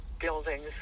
buildings